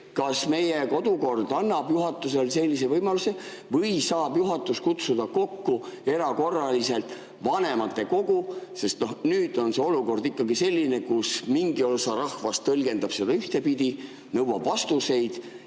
Kas meie kodukord annab juhatusele sellise võimaluse või saab juhatus kutsuda kokku erakorraliselt vanematekogu? Sest nüüd on see olukord ikkagi selline, kus mingi osa rahvast tõlgendab seda ühtepidi, nõuab vastuseid.